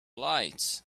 lights